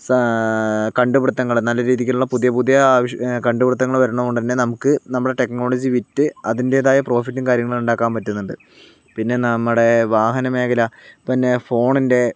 സ കണ്ടുപിടുത്തങ്ങൾ നല്ല രീതിക്കുള്ള പുതിയ പുതിയ ആവി കണ്ടുപിടുത്തങ്ങൾ വരുന്നതുകൊണ്ട് തന്നെ നമുക്ക് നമ്മുടെ ടെക്നോളജി വിറ്റ് അതിൻ്റെ തായ പ്രൊഫിറ്റും കാര്യങ്ങളും ഉണ്ടാക്കാൻ പറ്റുന്നുണ്ട് പിന്നെ നമ്മുടെ വാഹനം മേഖല പിന്നെ ഫോണിൻ്റെ